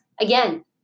again